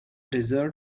desert